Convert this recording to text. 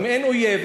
אם אין אויב,